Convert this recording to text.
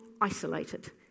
isolated